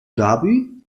dhabi